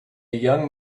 young